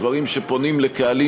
דברים שפונים לקהלים,